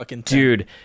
dude